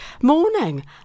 Morning